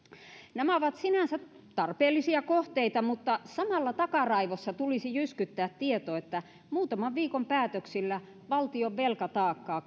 nämä ovat sinänsä tarpeellisia kohteita mutta samalla takaraivossa tulisi jyskyttää tieto että muutaman viikon päätöksillä valtion velkataakkaa